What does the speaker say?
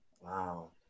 Wow